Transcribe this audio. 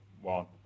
One